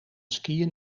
skiën